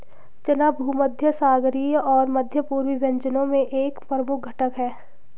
चना भूमध्यसागरीय और मध्य पूर्वी व्यंजनों में एक प्रमुख घटक है